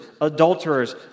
adulterers